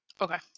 Okay